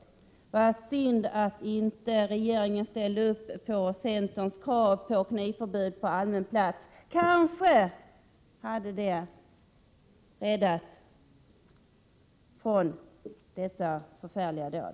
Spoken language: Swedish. Det var synd att regeringen inte ställde upp på centerns krav om knivförbud på allmän plats. Det hade kanske räddat människor från att bli offer för detta förfärliga dåd.